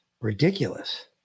ridiculous